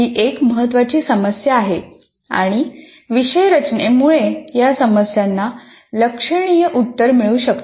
ही एक महत्त्वाची समस्या आहे आणि विषय रचनेमुळे या समस्यांना लक्षणीय उत्तर मिळू शकते